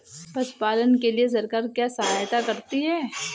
पशु पालन के लिए सरकार क्या सहायता करती है?